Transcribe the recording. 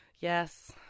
Yes